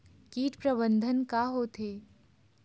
कीट प्रबंधन का होथे?